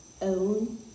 Own